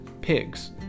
pigs